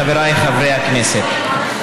חבריי חברי הכנסת,